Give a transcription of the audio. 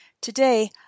Today